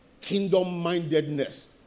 Kingdom-mindedness